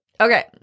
Okay